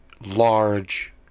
large